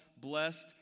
blessed